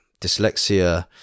dyslexia